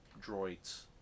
droids